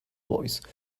voice